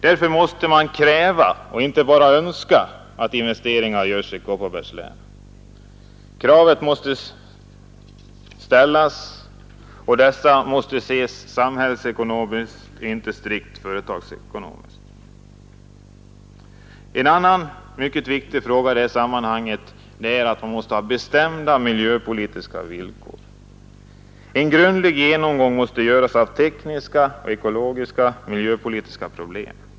Därför måste man kräva och inte bara önska att investeringar görs i Kopparbergs län. Krav måste ställas på att detta skall ses sam hällsekonomiskt och inte strikt företagsekonomiskt. En annan mycket viktig fråga i det här sammanhanget är att man måste ha bestämda miljöpolitiska villkor. En grundlig genomgång måste göras av tekniska, ekologiska och miljöpolitiska problem.